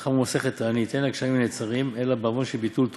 ככה במסכת תענית: "אין הגשמים נעצרים אלא בעוון של ביטול תורה,